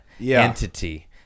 entity